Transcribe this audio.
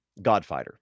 Godfighter